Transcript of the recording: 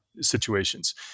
situations